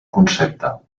concepte